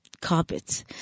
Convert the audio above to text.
carpets